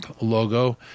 logo